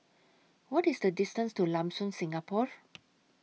What IS The distance to Lam Soon Singapore